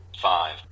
five